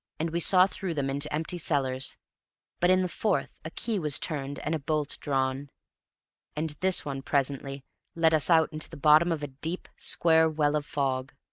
and we saw through them into empty cellars but in the fourth a key was turned and a bolt drawn and this one presently let us out into the bottom of a deep, square well of fog.